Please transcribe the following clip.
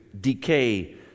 decay